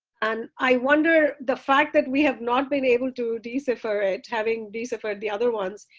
and i wonder the fact that we have not been able to decipher it having deciphered the other ones,